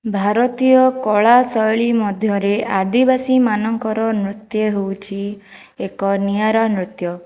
ଭାରତୀୟ କଳା ଶୈଳୀ ମଧ୍ୟରେ ଆଦିବାସୀମାନଙ୍କର ନୃତ୍ୟ ହେଉଛି ଏକ ନିଆରା ନୃତ୍ୟ